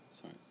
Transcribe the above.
Sorry